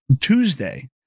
Tuesday